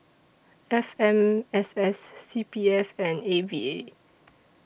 F M S S C P F and A V A